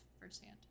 firsthand